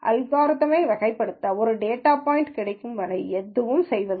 algorithm வகைப்படுத்த ஒரு data point கிடைக்கும் வரை எதுவும் செய்யப்படவில்லை